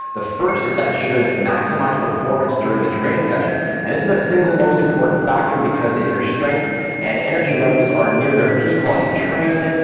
the first is that it should maximize performance during the training session. and this is the single most important factor because if your strength and energy levels are near their peak while you train,